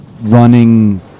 running